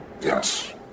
Yes